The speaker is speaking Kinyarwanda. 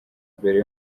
mbere